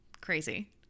Crazy